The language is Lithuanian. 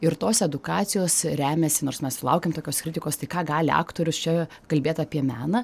ir tos edukacijos remiasi nors mes sulaukiam tokios kritikos tai ką gali aktorius čia kalbėt apie meną